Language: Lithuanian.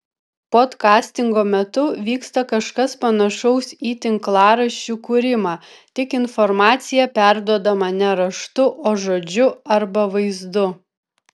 podkastingo metu vyksta kažkas panašaus į tinklaraščių kūrimą tik informacija perduodama ne raštu o žodžiu arba vaizdu